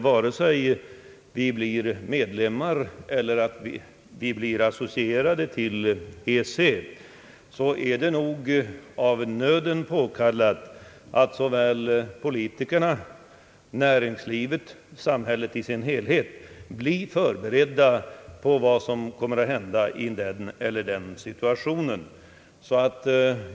Vare sig vi blir medlemmar eller vi blir associerade, är det nog påkallat att såväl politikerna och näringslivet som samhället i sin helhet förbereds på vad som kommer att hända i den ena eller andra situationen.